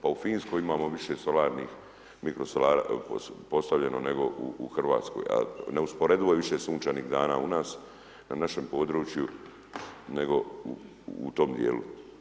Pa u Finskoj imamo više solarnih, mikro solara, postavljeno nego u RH, a neusporedivo je više sunčanih dana u nas, na našem području, nego u tome dijelu.